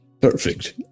Perfect